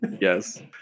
yes